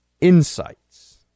insights